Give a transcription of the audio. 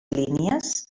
línies